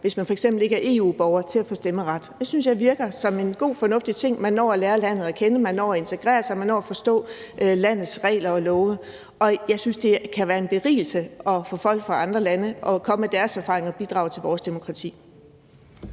hvis man f.eks. ikke er EU-borger, i forhold til at få stemmeret. Det synes jeg virker som en god og fornuftig ting – man når at lære landet at kende, man når at integrere sig, og man når at forstå landets regler og love. Og jeg synes, det kan være en berigelse, at folk fra andre lande kommer med deres erfaringer og bidrager til vores demokrati.